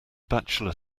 bachelor